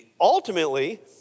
Ultimately